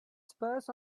spurs